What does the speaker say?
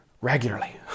regularly